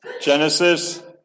Genesis